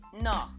No